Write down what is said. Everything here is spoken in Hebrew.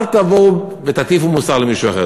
אל תבואו ותטיפו מוסר למישהו אחר.